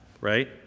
right